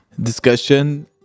discussion